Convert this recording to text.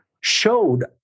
showed